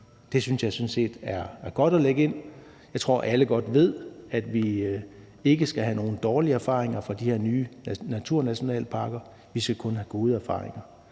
jeg sådan set er godt at lægge ind. Jeg tror, alle godt ved, at vi ikke skal have nogen dårlige erfaringer fra de her nye naturnationalparker; vi skal kun have gode erfaringer.